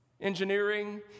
engineering